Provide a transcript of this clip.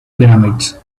pyramids